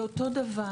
זה אותו דבר.